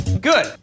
Good